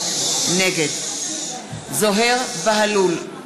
נגד זוהיר בהלול,